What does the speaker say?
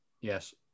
Yes